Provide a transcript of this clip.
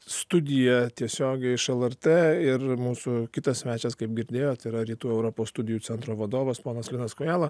studiją tiesiogiai iš lrt ir mūsų kitas svečias kaip girdėjot yra rytų europos studijų centro vadovas ponas linas kojala